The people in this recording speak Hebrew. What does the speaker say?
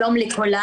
שלום לכולם.